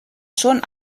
schon